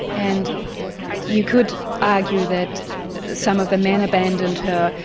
and you could argue that some of the men abandoned her,